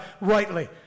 rightly